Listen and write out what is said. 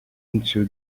into